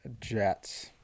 Jets